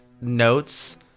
notes